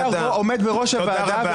כי הדוגמאות הן רבות,